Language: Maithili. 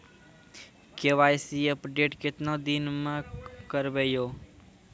के.वाई.सी अपडेट केतना दिन मे करेबे यो?